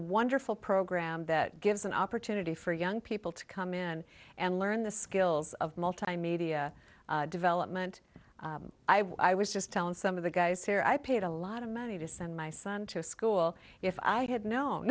wonderful program that gives an opportunity for young people to come in and learn the skills of multimedia development i was just down some of the guys here i paid a lot of money to send my son to school if i had known